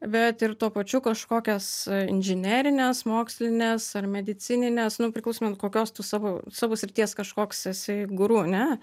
bet ir tuo pačiu kažkokias inžinerines mokslines ar medicinines nu priklausomai kokios tu savo savo srities kažkoks esi guru ne